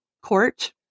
Court